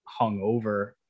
hungover